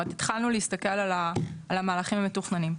כלומר התחלנו להסתכל על המהלכים המתוכננים.